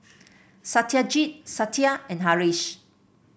Satyajit Satya and Haresh